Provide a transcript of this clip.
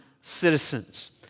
citizens